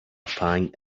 pang